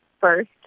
first